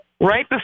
Right